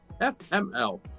FML